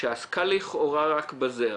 שעסקה לכאורה רק בזה.